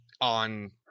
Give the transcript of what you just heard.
on